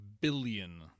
billion